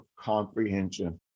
comprehension